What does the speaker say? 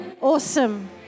awesome